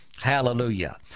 Hallelujah